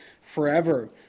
forever